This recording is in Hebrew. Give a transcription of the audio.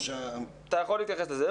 אתה יכול להתייחס לזה.